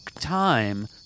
time